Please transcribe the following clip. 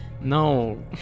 No